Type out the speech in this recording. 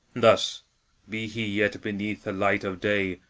thus be he yet beneath the light of day,